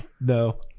No